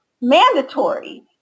mandatory